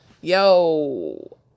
yo